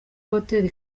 hoteli